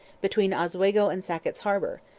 between oswego and sackett's harbour,